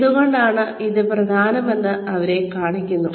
എന്തുകൊണ്ടാണ് ഇത് പ്രധാനമെന്ന് അവരെ കാണിക്കുന്നു